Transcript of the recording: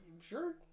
Sure